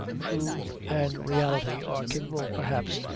truth and reality are capable, perhaps,